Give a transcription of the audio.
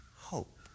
hope